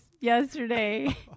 yesterday